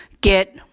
get